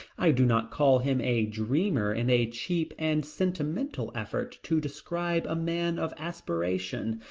i do not call him a dreamer in a cheap and sentimental effort to describe a man of aspiration.